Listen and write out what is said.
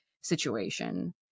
Situation